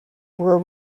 were